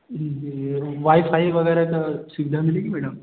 जी wifi वगैरह की सुविधा मिलेगी मैडम